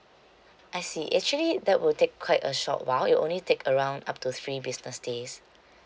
I see actually that will take quite a short while it will only take around up to three business days